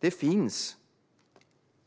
Det finns